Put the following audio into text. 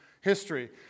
history